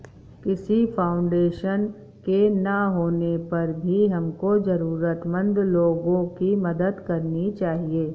किसी फाउंडेशन के ना होने पर भी हमको जरूरतमंद लोगो की मदद करनी चाहिए